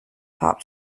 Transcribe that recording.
pop